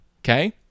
Okay